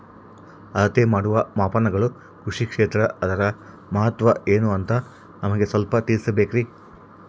ಅಳತೆ ಮಾಡುವ ಮಾಪನಗಳು ಕೃಷಿ ಕ್ಷೇತ್ರ ಅದರ ಮಹತ್ವ ಏನು ಅಂತ ನಮಗೆ ಸ್ವಲ್ಪ ತಿಳಿಸಬೇಕ್ರಿ?